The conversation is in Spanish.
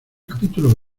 capítulo